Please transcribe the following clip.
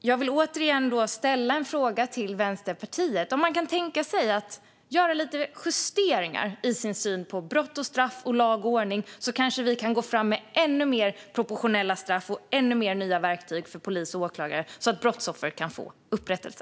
Jag vill återigen ställa frågan till Vänsterpartiet om man kan tänka sig att göra lite justeringar i sin syn på brott och straff och lag och ordning. Då kanske vi kan gå fram med ännu mer proportionerliga straff och ännu mer nya verktyg för polis och åklagare, så att brottsoffer kan få upprättelse.